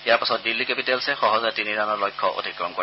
ইয়াৰ পিছত দিল্লী কেপিটেলছে সহজে তিনি ৰাণৰ লক্ষ্য অতিক্ৰম কৰে